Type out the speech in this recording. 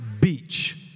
beach